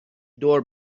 دور